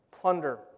plunder